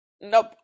Nope